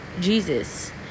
Jesus